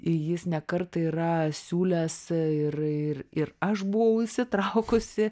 ir jis ne kartą yra siūlęs ir ir ir aš buvau įsitraukusi